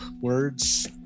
words